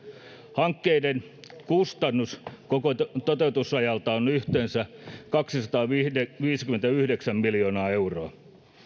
hankkeiden kustannus koko toteutusajalta on yhteensä kaksisataaviisikymmentäyhdeksän miljoonaa euroa